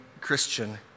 Christian